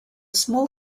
small